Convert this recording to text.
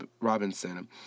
Robinson